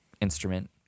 instrument